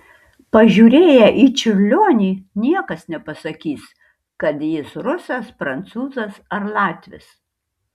pažiūrėję į čiurlionį niekas nepasakys kad jis rusas prancūzas ar latvis